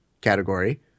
category